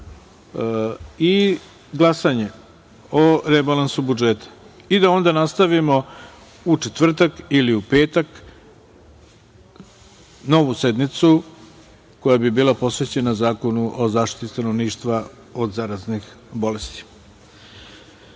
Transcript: i glasanje o rebalansu budžeta i da onda nastavimo u četvrtak ili u petak novu sednicu koja bi bila posvećena Zakonu o zaštiti stanovništva od zaraznih bolesti. Pošto